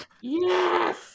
Yes